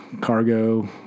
cargo